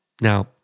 Now